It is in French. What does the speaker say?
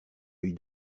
œil